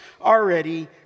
already